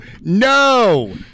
no